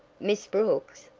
miss brooks?